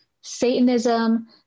Satanism